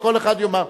כל אחד יאמר.